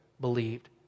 believed